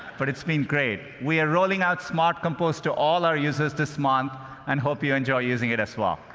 but it's been great. we are rolling out smart compose to all our users this month and hope you enjoy using it as well.